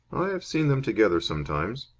i have seen them together sometimes.